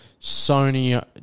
Sony